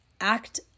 act